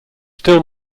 still